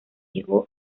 llegó